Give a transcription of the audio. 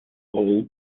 all